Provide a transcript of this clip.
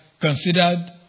considered